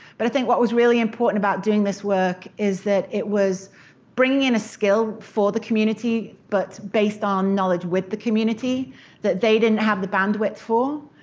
but i think what was really important about doing this work is that it was bringing in a skill for the community, but based on knowledge with the community that they didn't have the bandwidth for.